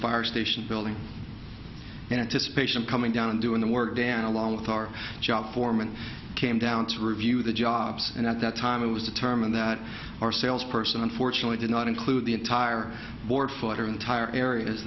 fire station building anticipation coming down and doing the work down along with our job foreman came down to review the jobs and at that time it was determined that our sales person unfortunately did not include the entire board for her entire areas